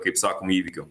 kaip sakoma įvykių